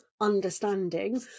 understanding